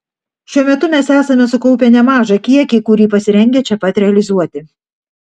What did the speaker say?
šiuo metu mes esame sukaupę nemažą kiekį kurį pasirengę čia pat realizuoti